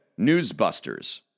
newsbusters